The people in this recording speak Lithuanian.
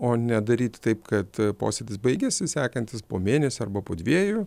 o nedaryti taip kad posėdis baigėsi sekantis po mėnesio arba po dviejų